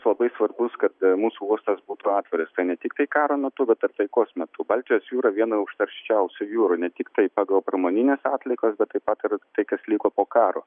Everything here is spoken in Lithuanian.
labai svarbus kad mūsų uostas būtų atviras tai ne tiktai karo metu bet ir taikos metu baltijos jūra viena užterščiausių jūrų ne tiktai pagal pramonines atliekas bet taip pat ir tai kas liko po karo